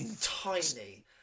tiny